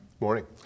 Morning